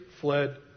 fled